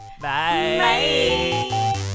Bye